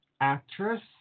Actress